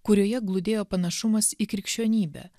kurioje glūdėjo panašumas į krikščionybę